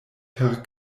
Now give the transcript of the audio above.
per